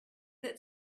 that